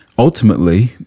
Ultimately